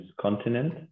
continent